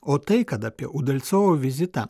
o tai kad apie udalcovo vizitą